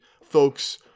folks